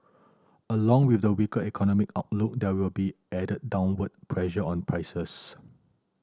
along with the weaker economic outlook there will be added downward pressure on prices